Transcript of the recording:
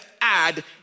add